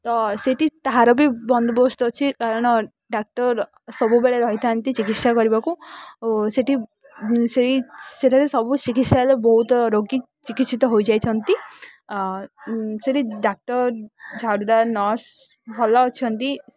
ତ ସେଠି ତାହାର ବି ବନ୍ଦୋବସ୍ତ ଅଛି କାରଣ ଡାକ୍ତର ସବୁବେଳେ ରହିଥାନ୍ତି ଚିକିତ୍ସା କରିବାକୁ ଓ ସେଠି ସେ ସେଠାରେ ସବୁ ଚିକିତ୍ସାଳୟ ବହୁତ ରୋଗୀ ଚିକିତ୍ସିତ ହୋଇଯାଇଛନ୍ତି ସେଠି ଡାକ୍ତର ଝାଡୁଦାର ନର୍ସ ଭଲ ଅଛନ୍ତି